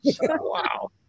Wow